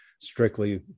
strictly